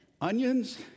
onions